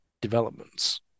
developments